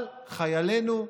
אבל חיילינו,